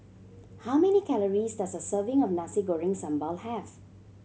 how many calories does a serving of Nasi Goreng Sambal have